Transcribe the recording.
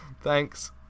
Thanks